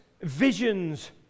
visions